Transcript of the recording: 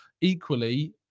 equally